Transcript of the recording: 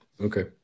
Okay